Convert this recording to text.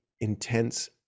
intense